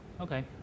Okay